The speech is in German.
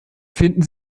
finden